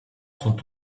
sont